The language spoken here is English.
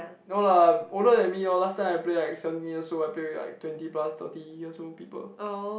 no lah older than me lor last time I play like seventeen years old I play with like twenty plus thirty years old people